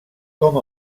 com